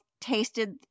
tasted